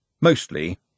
mostly